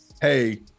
hey